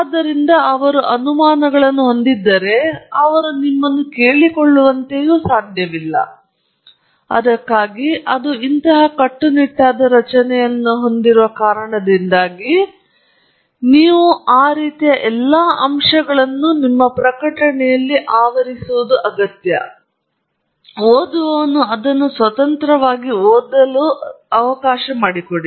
ಆದ್ದರಿಂದ ಅವರು ಅನುಮಾನಗಳನ್ನು ಹೊಂದಿದ್ದರೆ ಅವರು ನಿಮ್ಮನ್ನು ಕೇಳಿಕೊಳ್ಳುವಂತೆಯೇ ಸಾಧ್ಯವಿಲ್ಲ ಮತ್ತು ಅದಕ್ಕಾಗಿ ಅದು ಇಂತಹ ಕಟ್ಟುನಿಟ್ಟಾದ ರಚನೆಯನ್ನು ಹೊಂದಿರುವ ಕಾರಣದಿಂದಾಗಿ ಮತ್ತು ನೀವು ಆ ರೀತಿಯ ಎಲ್ಲಾ ಅಂಶಗಳನ್ನು ಆವರಿಸುವುದರಿಂದ ಅದನ್ನು ಓದುವವನು ಅದನ್ನು ಸ್ವತಂತ್ರವಾಗಿ ಓದಬಹುದು